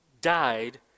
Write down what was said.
died